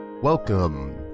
Welcome